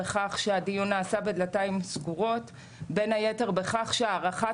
בכך שהדיון נעשה בדלתיים סגורות וכן בכך שהערכת